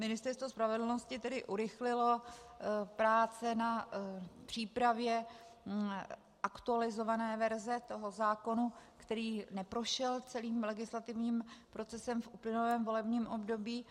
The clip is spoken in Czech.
Ministerstvo spravedlnosti tedy urychlilo práce na přípravě aktualizované verze zákona, který neprošel celým legislativním procesem v uplynulém volebním období.